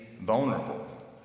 vulnerable